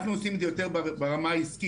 אנחנו עושים את זה יותר ברמה העסקית,